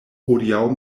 hodiaŭ